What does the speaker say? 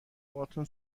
باهاتون